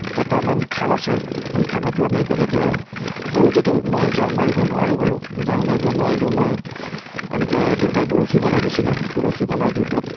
কেইটামান খাল আছে সেই খালতো আমি তেনেকে সৰুতেটো মই জাল মাৰিব নোৱাৰোঁ বাৰু জাল মাৰিব নোৱাৰিলেও মই এনেকে দেউতাই বৰশী বনাই দিছিলে বৰশী বনাই দিওঁতে